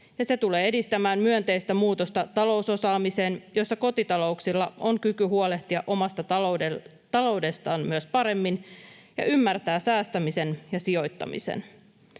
se tulee edistämään myönteistä muutosta talousosaamiseen, jossa kotitalouksilla on kyky myös huolehtia omasta taloudestaan paremmin ja ymmärtää säästämistä ja sijoittamista.